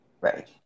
Right